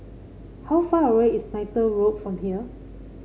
how far away is Neythal Road from here